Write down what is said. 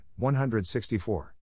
164